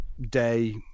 day